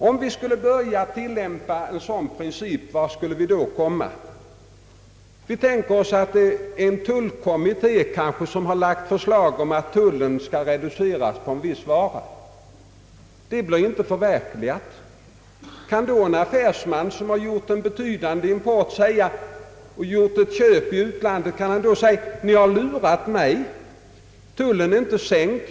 Om vi skulle börja tillämpa en sådan princip, vart skulle vi då komma? Vi tänker oss att en tullkommitté har lagt fram förslag om att tullen skall reduceras på en viss vara. Reduceringen blir emellertid inte förverkligad. Kan då en affärsman, som har en betydande import och som har gjort ett köp i utlandet, säga: »Ni har lurat mig. Tullen är inte sänkt.